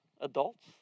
adults